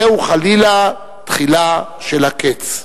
זוהי, חלילה, תחילה של הקץ.